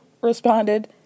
responded